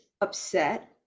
upset